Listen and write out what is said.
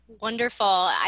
Wonderful